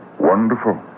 Wonderful